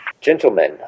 Gentlemen